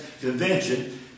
Convention